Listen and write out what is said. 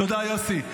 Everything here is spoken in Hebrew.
תודה, יוסי.